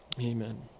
Amen